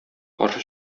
каршы